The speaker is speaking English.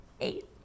Eight